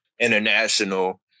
international